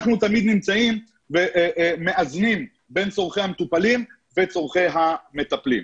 אנחנו תמיד מאזנים בין צרכי המטופלים לצורכי המטפלים.